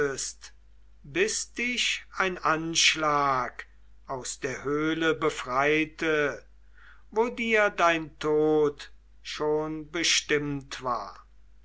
dich ein anschlag aus der höhle befreite wo dir dein tod schon bestimmt war